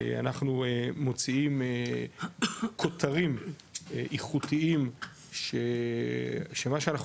אנחנו מוציאים כותרים איכותיים שמה שאנחנו